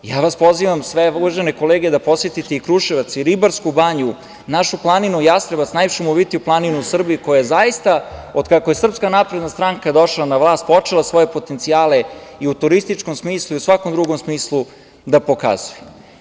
Pozivam vas, uvažene kolege, sve da posetite i Kruševac, Ribarsku banju, našu planinu Jastrebac, najšumovitiju planinu u Srbiju koja je zaista od kako je SNS došla na vlast počela svoje potencijale i u turističkom smislu i u svakom drugom smislu da pokazuje.